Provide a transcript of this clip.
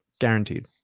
Guaranteed